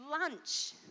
lunch